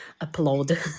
applaud